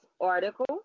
article